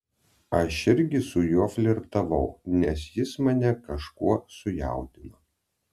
aš irgi su juo flirtavau nes jis mane kažkuo sujaudino